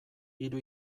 hiru